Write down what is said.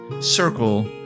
Circle